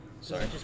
Sorry